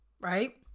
right